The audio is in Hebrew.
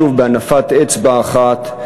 שוב בהנפת אצבע אחת,